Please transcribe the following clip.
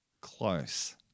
Close